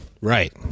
Right